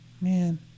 Man